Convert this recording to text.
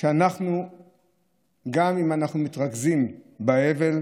שגם אם אנחנו מתרכזים באבל,